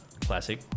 Classic